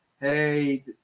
Hey